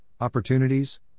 opportunities